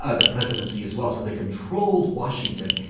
ah the presidency as well, so they controlled washington,